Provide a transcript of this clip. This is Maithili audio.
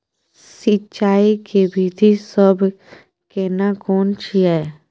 सिंचाई के विधी सब केना कोन छिये?